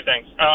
thanks